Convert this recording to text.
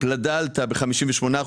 פלדה עלתה ב-58%,